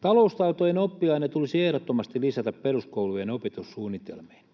Taloustaitojen oppiaine tulisi ehdottomasti lisätä peruskoulujen opetussuunnitelmiin.